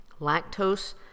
lactose